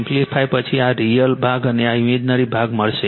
simplify પછી આ real ભાગ અને આ ઇમેજનરી ભાગ મળશે